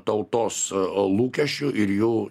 tautos lūkesčių ir jų